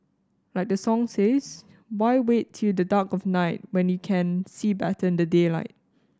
like the song says why wait till the dark of night when you can see better in the daylight